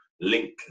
link